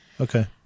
Okay